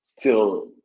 till